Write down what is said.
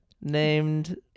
named